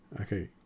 Okay